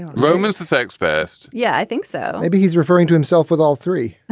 romans the sex past. yeah i think so maybe he's referring to himself with all three